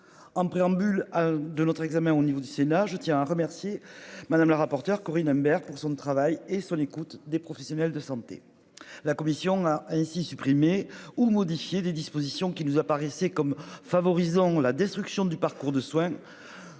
En préambule. De notre examen au niveau du sénat je tiens à remercier Madame la rapporteure Corinne Imbert pour son travail et son écoute des professionnels de santé. La commission a ainsi supprimer ou modifier des dispositions qui nous apparaissait comme favorisant la destruction du parcours de soin.